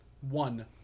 One